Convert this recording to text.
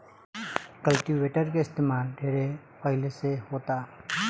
cultivator के इस्तमाल ढेरे पहिले से होता